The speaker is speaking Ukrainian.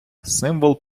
символ